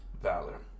Valor